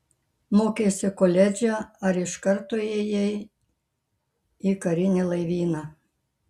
mokeisi koledže ar iš karto ėjai į karinį laivyną